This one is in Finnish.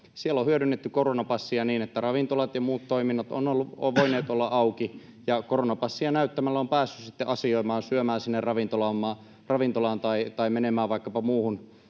siellä on hyödynnetty koronapassia niin, että ravintolat ja muut toiminnot ovat voineet olla auki. Koronapassia näyttämällä on päässyt sitten asioimaan, syömään sinne ravintolaan tai menemään vaikkapa muuhun